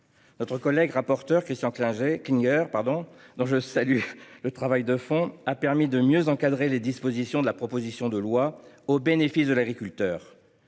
Notre rapporteur Christian Klinger, dont je salue le travail de fond, a permis de mieux encadrer les dispositions de la proposition de loi au bénéfice de l’agriculteur.